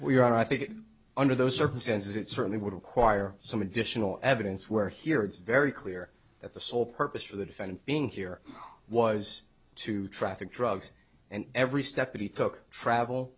we're i think under those circumstances it certainly would require some additional evidence where here it's very clear that the sole purpose for the defendant being here was to traffic drugs and every step he took travel